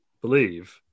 Believe